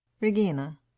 Regina